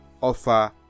offer